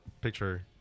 picture